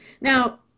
Now